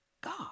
God